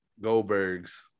Goldberg's